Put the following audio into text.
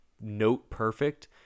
note-perfect